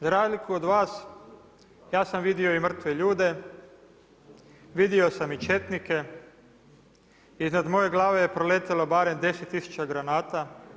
Za razliku od vas ja sam vidio i mrtve ljude, vidio sam i četnike, iznad moje glave je proletjelo barem 10 tisuća granata.